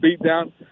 beatdown